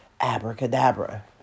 Abracadabra